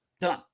Done